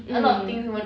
mm